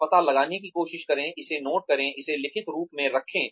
यह पता लगाने की कोशिश करें इसे नोट करें इसे लिखित रूप में रखें